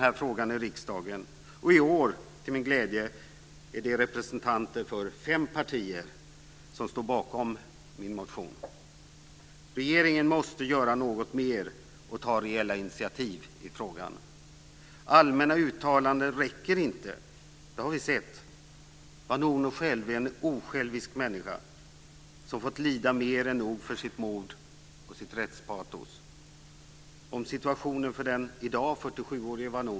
Regeringen måste göra något mer och ta reella initiativ i frågan. Allmänna uttalanden räcker inte - det har vi sett. Vanunu själv är en osjälvisk människa som har fått lida mer än nog för sitt mod och för sitt rättspatos.